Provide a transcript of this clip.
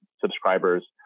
subscribers